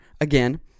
again